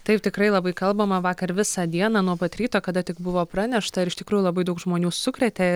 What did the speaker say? taip tikrai labai kalbama vakar visą dieną nuo pat ryto kada tik buvo pranešta ir iš tikrųjų labai daug žmonių sukrėtė